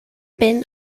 been